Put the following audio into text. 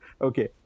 Okay